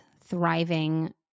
thriving